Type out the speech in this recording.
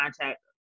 contact